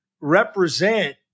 represent